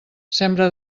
sembra